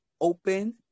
open